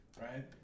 Right